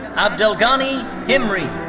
abdelghani himri.